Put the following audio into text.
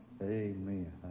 Amen